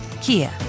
Kia